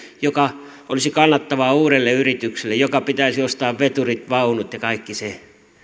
jotka olisivat kannattavia uudelle yritykselle jonka pitäisi ostaa veturit vaunut ja kaikki se